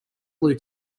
blue